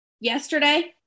yesterday